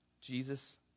Jesus